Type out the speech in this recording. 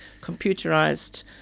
computerized